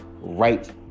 right